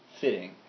fitting